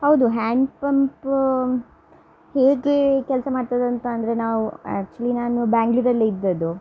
ಹೌದು hand pump ಹೇಗೆ ಕೆಲಸ ಮಾಡ್ತದೆ ಅಂತಂದರೆ ನಾವು ಆ್ಯಕ್ಚುಲಿ ನಾನು ಬ್ಯಾಂಗ್ಳೂರಲ್ಲಿ ಇದ್ದದ್ದು